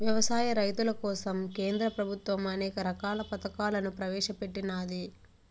వ్యవసాయ రైతుల కోసం కేంద్ర ప్రభుత్వం అనేక రకాల పథకాలను ప్రవేశపెట్టినాది